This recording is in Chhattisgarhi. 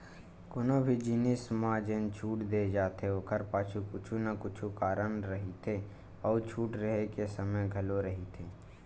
कोनो भी जिनिस म जेन छूट दे जाथे ओखर पाछू कुछु न कुछु कारन रहिथे अउ छूट रेहे के समे घलो रहिथे